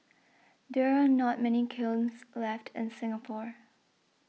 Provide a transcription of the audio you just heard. there are not many kilns left in Singapore